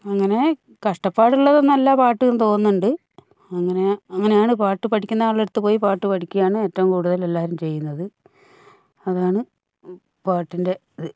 അങ്ങനെ കഷ്ടപ്പാട് ഉള്ളത് ഒന്നുമല്ല പാട്ട് എന്നു തോന്നുന്നുണ്ട് അങ്ങനെ അങ്ങനെയാണ് പാട്ട് പഠിപ്പിക്കുന്ന ആളുടെ അടുത്ത് പോയി പാട്ട് പഠിക്കയാണ് ഏറ്റവും കൂടുതൽ എല്ലാവരും ചെയ്യുന്നത് അതാണ് പാട്ടിന്റെ ഇത്